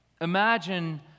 Imagine